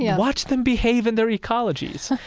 yeah watch them behave in their ecologies.